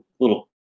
little